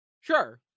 sure